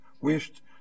wished